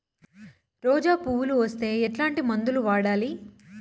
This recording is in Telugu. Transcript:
రోజా పువ్వులు వస్తే ఎట్లాంటి మందులు వాడాలి?